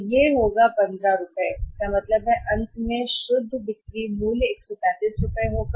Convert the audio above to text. तो यह होगा कि कितना होगा कहीं 15 रुपये तो इसका मतलब है कि अंत में शुद्ध बिक्री मूल्य कितना शुद्ध बिक्री मूल्य होगा कितना होगा जो कि 135 रुपये है